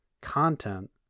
content